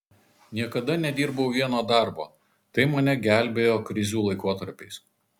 niekada nedirbau vieno darbo tai mane gelbėjo krizių laikotarpiais